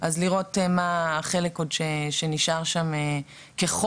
אז לראות מה החלק שעוד נשאר שם כחוב